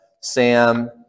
Sam